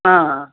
हा